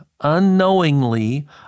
unknowingly